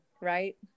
right